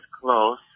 close